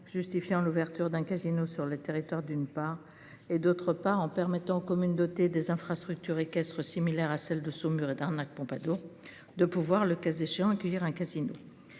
justifiant l'ouverture d'un casino sur le territoire d'une part et d'autre part en permettant communes doté des infrastructures équestre similaire à celle de Saumur et d'arnaques Pompadour de pouvoir le cas échéant à accueillir un casino.